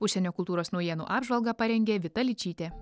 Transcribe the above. užsienio kultūros naujienų apžvalgą parengė vita ličytė